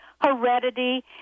heredity